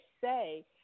say